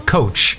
Coach